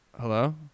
Hello